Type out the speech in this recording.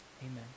Amen